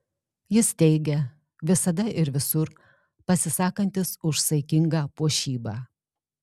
jis teigia visada ir visur pasisakantis už saikingą puošybą